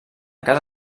casa